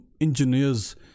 engineers